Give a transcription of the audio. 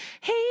Hey